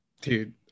Dude